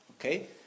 Okay